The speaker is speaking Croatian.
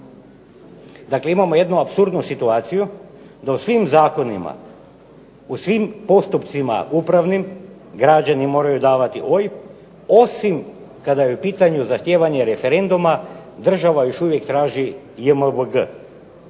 Dakle imamo jednu apsurdnu situaciju da u svim zakonima, da u svim postupcima upravnim građani moraju davati OIB osim kada je u pitanju zahtijevanje referenduma država još uvijek traži JMBG.